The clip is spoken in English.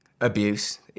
abuse